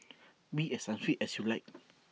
be as unfit as you like